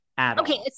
okay